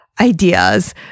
ideas